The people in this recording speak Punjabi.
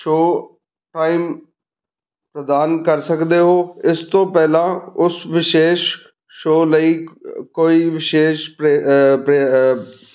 ਸ਼ੋਅ ਟਾਈਮ ਪ੍ਰਦਾਨ ਕਰ ਸਕਦੇ ਹੋ ਇਸ ਤੋਂ ਪਹਿਲਾਂ ਉਸ ਵਿਸ਼ੇਸ਼ ਸ਼ੋਅ ਲਈ ਕੋਈ ਵਿਸ਼ੇਸ਼ ਪ੍ਰੇ ਪ੍ਰੇ